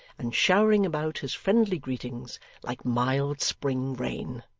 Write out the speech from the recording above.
and showering about his friendly greetings like mild spring rain.